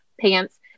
pants